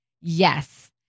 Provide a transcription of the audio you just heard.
Yes